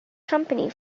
company